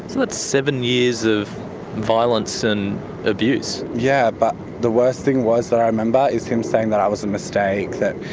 so that's seven years of violence and abuse? yeah, but the worst thing was that i remember is him saying that i was a mistake, that